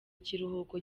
kiruhuko